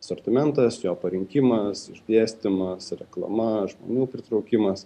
asortimentas jo parinkimas išdėstymas reklama žmonių pritraukimas